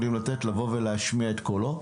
להם להשמיע את קולם.